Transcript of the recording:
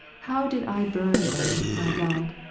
how did i burn then, my god,